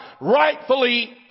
rightfully